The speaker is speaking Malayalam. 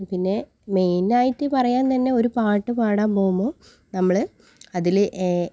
പിന്നെ മെയിൻ ആയിട്ട് പറയാൻ തന്നെ ഒരു പാട്ട് പാടാൻ പോവുമ്പോൾ നമ്മൾ അതിൽ